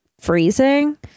freezing